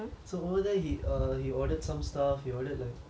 so over there he err he ordered some stuff he ordered like